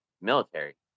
military